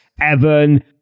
Evan